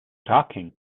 talking